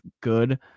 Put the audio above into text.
good